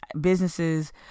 businesses